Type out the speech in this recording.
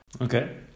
Okay